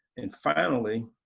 and finally,